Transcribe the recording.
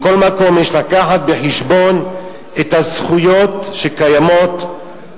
מכל מקום יש להביא בחשבון את הזכויות שקיימות,